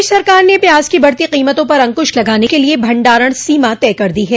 प्रदेश सरकार ने प्याज की बढ़ती कीमतों पर अंकुश लगाने के लिए भंडारण सीमा तय कर दी है